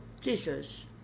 Jesus